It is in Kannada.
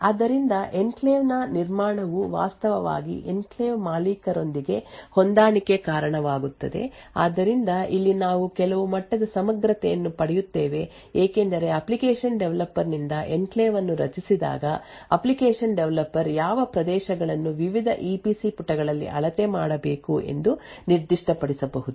ಆದ್ದರಿಂದ ಎನ್ಕ್ಲೇವ್ನ ನಿರ್ಮಾಣವು ವಾಸ್ತವವಾಗಿ ಎನ್ಕ್ಲೇವ್ ಮಾಲೀಕರೊಂದಿಗೆ ಹೊಂದಾಣಿಕೆಗೆ ಕಾರಣವಾಗುತ್ತದೆ ಆದ್ದರಿಂದ ಇಲ್ಲಿ ನಾವು ಕೆಲವು ಮಟ್ಟದ ಸಮಗ್ರತೆಯನ್ನು ಪಡೆಯುತ್ತೇವೆ ಏಕೆಂದರೆ ಅಪ್ಲಿಕೇಶನ್ ಡೆವಲಪರ್ ನಿಂದ ಎನ್ಕ್ಲೇವ್ ಅನ್ನು ರಚಿಸಿದಾಗ ಅಪ್ಲಿಕೇಶನ್ ಡೆವಲಪರ್ ಯಾವ ಪ್ರದೇಶಗಳನ್ನು ವಿವಿಧ ಇಪಿಸಿ ಪುಟಗಳಲ್ಲಿ ಅಳತೆ ಮಾಡಬೇಕು ಎಂದು ನಿರ್ದಿಷ್ಟಪಡಿಸಬಹುದು